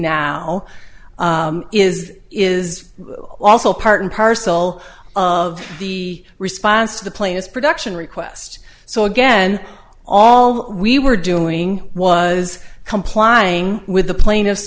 now is is also part and parcel of the response to the plaintiffs production request so again all we were doing was complying with the pla